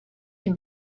can